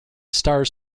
stars